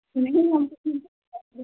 نہیں